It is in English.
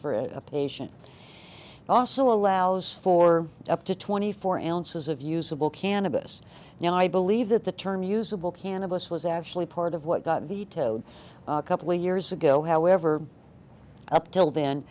for a patient also allows for up to twenty four answers of usable cannabis now i believe that the term usable cannabis was actually part of what got vetoed a couple years ago however up till then